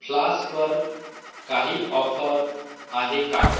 फ्लास्कवर काही ऑफर आहे का